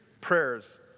prayers